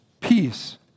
Peace